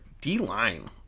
D-line